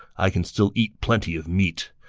i can still eat plenty of meat.